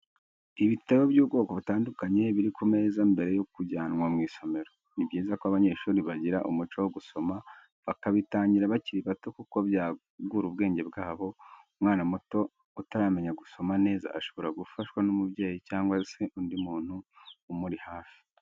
Ibitabo by'ubwoko butandukanye biri ku meza mbere yo kujyanwa mu isomero, ni byiza ko abanyeshuri bagira umuco wo gusoma bakabitangira bakiri bato kuko byagura ubwenge bwabo, umwana muto utaramenya gusoma neza ashobora gufashwa n'umubyeyi cyangwa se undi muntu umuri hafi.